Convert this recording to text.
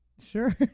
Sure